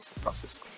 process